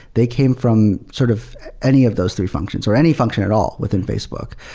they came from sort of any of those three functions, or any function at all within facebook.